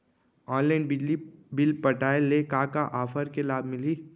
Online बिजली bill पटाय ले का का ऑफ़र के लाभ मिलही?